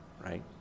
right